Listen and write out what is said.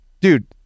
dude